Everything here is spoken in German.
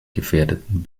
gefährdeten